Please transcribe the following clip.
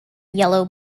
yellow